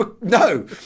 No